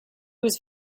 was